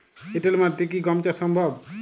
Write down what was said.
এঁটেল মাটিতে কি গম চাষ সম্ভব?